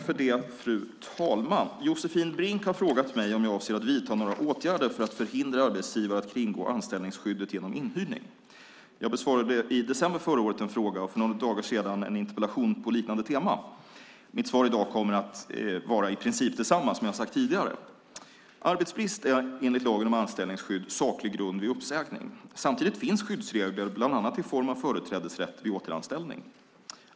Fru talman! Josefin Brink har frågat mig om jag avser att vidta några åtgärder för att förhindra arbetsgivare att kringgå anställningsskyddet genom inhyrning. Jag besvarade i december förra året en fråga och för några dagar sedan en interpellation med liknande teman. Mitt svar i dag kommer att vara i princip detsamma som vad jag sagt tidigare. Arbetsbrist är enligt lagen om anställningsskydd saklig grund vid uppsägning. Samtidigt finns skyddsregler, bland annat i form av företrädesrätt till återanställning.